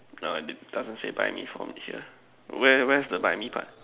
err it doesn't say buy me for this here where's where's the buy me part